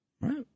right